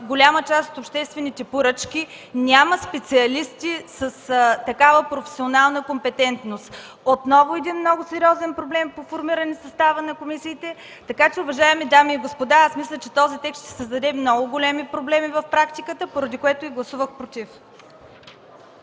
голяма част от обществените поръчки, нямат специалисти с такава професионална компетентност? Отново един много сериозен проблем с формиране на състава на комисиите. Така че, уважаеми дами и господа, мисля, че този текст ще създаде много големи проблеми в практиката, поради което и гласувах „против”.